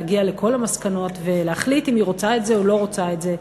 להגיע לכל המסקנות ולהחליט אם היא רוצה את זה או לא רוצה את זה,